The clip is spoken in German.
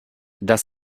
das